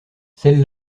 celle